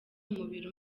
umubiri